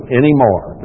anymore